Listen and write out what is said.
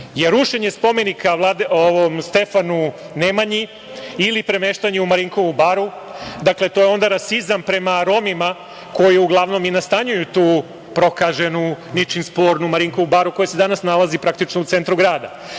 je rušenje spomenika Stefanu Nemanji, ili premeštanje u Marinkovu baru. Dakle, to je onda rasizam prema Romima, koji uglavnom i nastanjuju tu prokaženu, ničim spornu Marinkovu baru, koja se danas praktično, nalazi u centru grada.